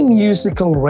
musical